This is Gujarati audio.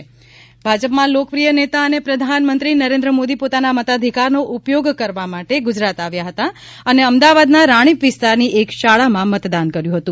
વીઆઇપી મતદાન ઇવર્નીંગ ભાજપમાં લોકપ્રિય નેતા અને પ્રધાનમંત્રી નરેન્દ્ર મોદી પોતાના મતાધિકારનો ઉપયોગ કરવા માટે ગુજરાત આવ્યા હતા અને અમદાવાદના રાણીપ વિસ્તારની એક શાળામાં મતદાન કર્યું હતું